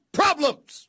problems